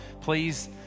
please